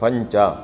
पञ्च